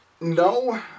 No